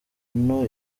onu